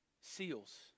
seals